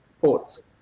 ports